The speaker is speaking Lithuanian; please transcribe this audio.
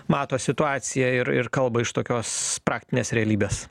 mato situaciją ir ir kalba iš tokios praktinės realybės